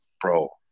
bro